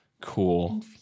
Cool